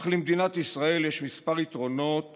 אך למדינת ישראל יש כמה יתרונות